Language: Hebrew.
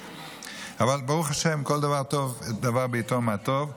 אבל ברוך השם, כל דבר טוב, "דבר בעתו מה טוב".